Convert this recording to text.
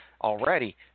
already